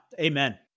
Amen